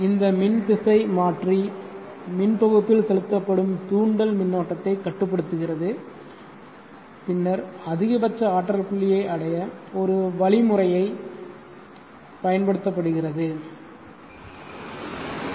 இந்த மின்திசைமாற்றி மின் தொகுப்பில் செலுத்தப்படும் தூண்டல் மின்னோட்டத்தை கட்டுப்படுத்தப்படுகிறது பின்னர் அதிகபட்ச ஆற்றல் புள்ளியை அடைய ஒரு வழிமுறையை பயன்படுத்தப்படுகிறது பி